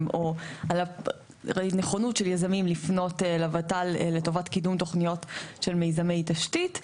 או נכונות של יזמים לפנות לבטל לטובת קידום תוכניות של מיזמי תשתית,